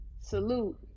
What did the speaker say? salute